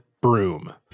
broom